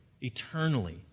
eternally